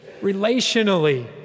relationally